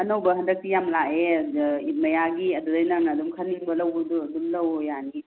ꯑꯅꯧꯕ ꯍꯟꯗꯛꯇꯤ ꯌꯥꯝ ꯂꯥꯛꯑꯦ ꯏꯠ ꯃꯌꯥꯒꯤ ꯑꯗꯨꯗꯒꯤ ꯅꯪꯅ ꯑꯗꯨꯝ ꯈꯟꯅꯤꯡꯕ ꯂꯧꯕꯗꯣ ꯑꯗꯨꯝ ꯂꯧꯑꯣ ꯌꯥꯅꯤ